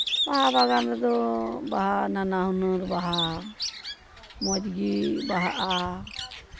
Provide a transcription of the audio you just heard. ᱵᱟᱦᱟ ᱵᱟᱜᱟᱱ ᱨᱮᱫᱚ ᱵᱟᱦᱟ ᱱᱟᱱᱟ ᱦᱩᱱᱟᱹᱨ ᱵᱟᱦᱟ ᱢᱚᱡᱽ ᱜᱮ ᱵᱟᱦᱟᱜᱼᱟ